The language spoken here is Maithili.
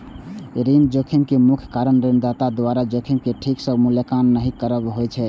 ऋण जोखिम के मुख्य कारण ऋणदाता द्वारा जोखिम के ठीक सं मूल्यांकन नहि करब होइ छै